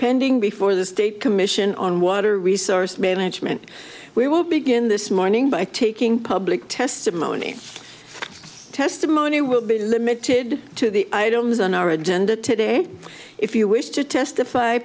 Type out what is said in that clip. pending before the state commission on water resource management we will begin this morning by taking public testimony testimony will be limited to the i don't is on our agenda today if you wish to testify